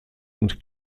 und